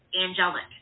angelic